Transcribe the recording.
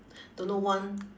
don't know want